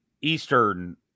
Eastern